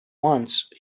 once